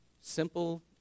Simple